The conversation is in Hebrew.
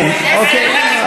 כן, אוקיי.